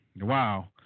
Wow